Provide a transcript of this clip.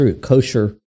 kosher